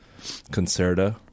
concerta